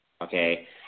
Okay